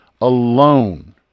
alone